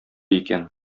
икән